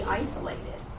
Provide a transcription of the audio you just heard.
isolated